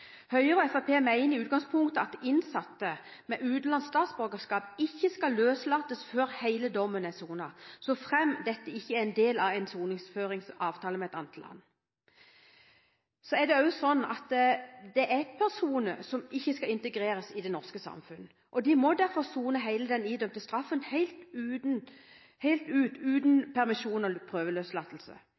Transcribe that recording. Høyre og Fremskrittspartiet mener i utgangspunktet at innsatte med utenlandsk statsborgerskap ikke skal løslates før hele dommen er sonet, såfremt dette ikke er en del av en soningsoverføringsavtale med et annet land. Det er også sånn at det er personer som ikke skal integreres i det norske samfunn, og de må derfor sone hele den idømte straffen helt ut uten permisjon eller prøveløslatelse.